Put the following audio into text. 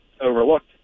overlooked